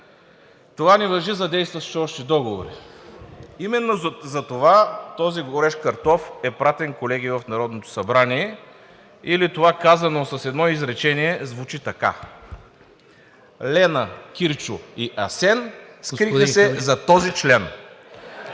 Това не важи за действащите още договори. Именно затова този горещ картоф е пратен, колеги, в Народното събрание, или това, казано с едно изречение, звучи така: Лена, Кирчо и Асен скриха се зад този член!